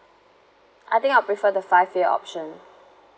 I think I'll prefer the five year option